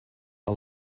are